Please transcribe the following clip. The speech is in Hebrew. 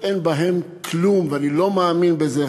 ואין בהם כלום, ואני לא מאמין בזה.